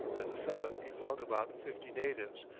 at the summit he found about fifty natives,